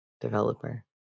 developer